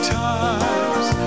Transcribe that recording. times